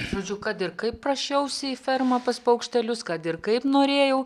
žodžiu kad ir kaip prašiausi į fermą pas paukštelius kad ir kaip norėjau